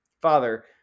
father